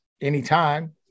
anytime